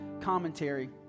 commentary